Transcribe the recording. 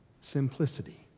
simplicity